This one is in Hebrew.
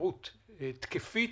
ואפשרות התקפית,